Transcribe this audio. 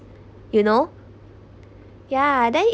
you know ya then